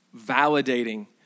validating